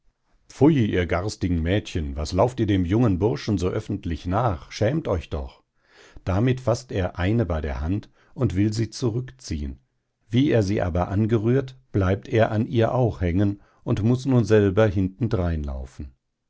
ihr garstigen mädchen was lauft ihr dem jungen burschen so öffentlich nach schämt euch doch damit faßt er eine bei der hand und will sie zurückziehen wie er sie aber angerührt bleibt er an ihr auch hängen und muß nun selber hinten drein laufen